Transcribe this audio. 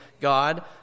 God